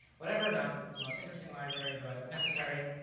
whatever, not the most interesting library, but necessary.